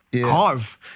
carve